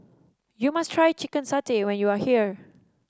you must try Chicken Satay when you are here